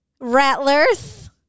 rattlers